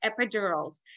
epidurals